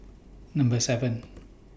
Number seven